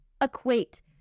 equate